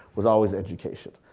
was always education.